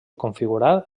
configurar